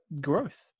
growth